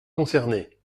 concernées